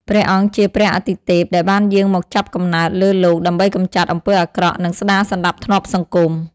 ព្រះអង្គជាព្រះអាទិទេព ដែលបានយាងមកចាប់កំណើតលើលោកដើម្បីកម្ចាត់អំពើអាក្រក់ និងស្ដារសណ្ដាប់ធ្នាប់សង្គម ។